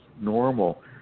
normal